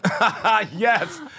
Yes